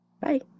bye